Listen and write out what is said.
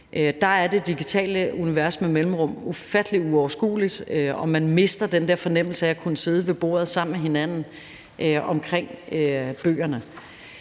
Der er det digitale univers med mellemrum ufattelig uoverskueligt, og man mister den der fornemmelse af at kunne sidde ved bordet sammen med hinanden omkring bøgerne.